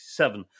1967